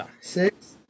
Six